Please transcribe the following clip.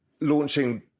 launching